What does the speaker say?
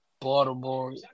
Baltimore